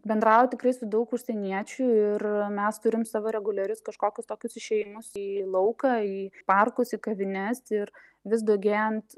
bendrauja tikrai su daug užsieniečių ir mes turim savo reguliarius kažkokius tokius išėjimus į lauką į parkus į kavines ir vis daugėjant